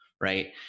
right